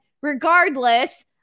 regardless